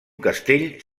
castell